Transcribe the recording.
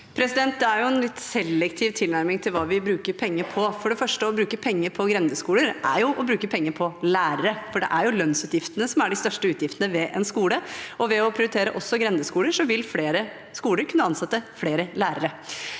Det er en litt se- lektiv tilnærming til hva vi bruker penger på. For det første: Å bruke penger på grendeskoler er jo å bruke penger på lærere, for det er lønnsutgiftene som er de største utgiftene ved en skole. Ved å prioritere også grendeskoler vil flere skoler kunne ansette flere lærere.